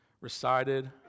recited